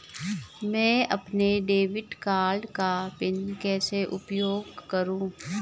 मैं अपने debit card का पिन कैसे उपयोग करूँ?